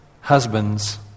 husbands